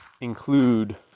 include